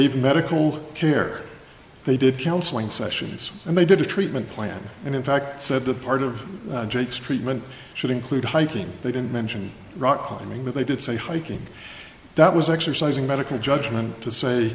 gave medical care they did counseling sessions and they did a treatment plan and in fact said the part of jake's treatment should include hiking they didn't mention rock climbing but they did say hiking that was exercising medical judgment to say